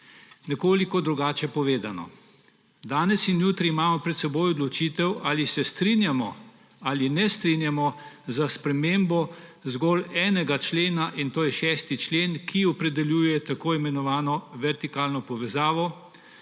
Nekoliko drugače povedano. Danes in jutri imamo pred seboj odločitev, ali se strinjamo ali se ne strinjamo s spremembo zgolj enega člena, in to je 6. člen, ki opredeljuje tako imenovano vertikalno povezavo